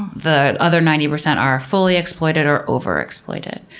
the other ninety percent are fully exploited or overexploited.